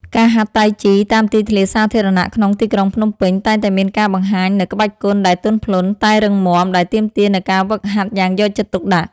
ការហាត់តៃជីតាមទីធ្លាសាធារណៈក្នុងទីក្រុងភ្នំពេញ តែងតែមានការបង្ហាញនូវក្បាច់គុណដែលទន់ភ្លន់តែរឹងមាំ ដែលទាមទារនូវការហ្វឹកហាត់យ៉ាងយកចិត្តទុកដាក់។